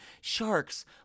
sharks